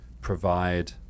provide